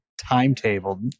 timetable